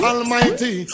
Almighty